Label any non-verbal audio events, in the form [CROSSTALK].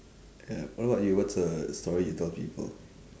[NOISE] what about you what's a story you tell people